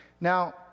Now